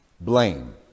blame